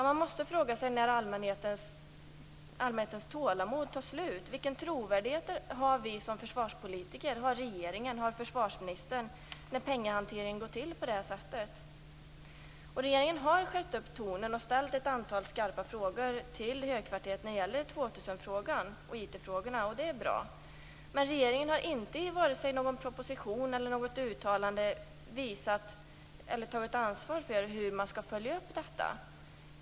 Man måste fråga sig när allmänhetens tålamod tar slut. Vilken trovärdighet har vi försvarspolitiker, regeringen och försvarsministern när pengahanteringen går till på det här sättet? Regeringen har skärpt tonen och ställt ett antal skarpa frågor till högkvarteret om 2000 och IT. Det är bra. Men regeringen har inte i vare sig någon proposition eller något uttalande visat eller tagit ansvar för hur frågorna skall följas upp.